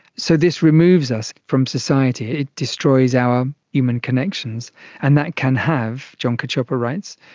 so this removes us from society, it destroys our human connections and that can have, john cacioppo writes,